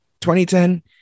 2010